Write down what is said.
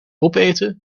opeten